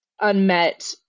unmet